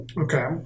Okay